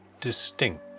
distinct